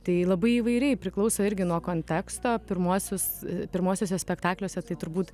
tai labai įvairiai priklauso irgi nuo konteksto pirmuosius pirmuosiuose spektakliuose tai turbūt